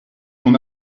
mon